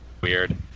weird